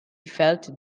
felt